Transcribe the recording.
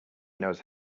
knows